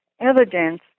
evidence